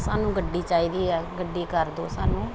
ਸਾਨੂੰ ਗੱਡੀ ਚਾਹੀਦੀ ਹੈ ਗੱਡੀ ਕਰ ਦਿਉ ਸਾਨੂੰ